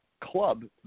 club